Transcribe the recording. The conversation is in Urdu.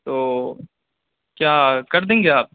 تو کیا کر دیں گے آپ